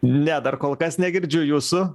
ne dar kol kas negirdžiu jūsų